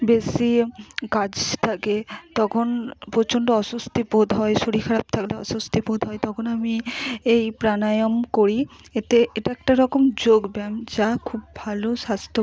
বেশি কাজ থাকে তখন প্রচণ্ড অস্বস্তি বোধ হয় শরীর খারাপ থাকলে অস্বস্তি বোধ হয় তখন আমি এই প্রাণায়াম করি এতে এটা একটা রকম যোগব্যায়াম যা খুব ভালো স্বাস্থ্য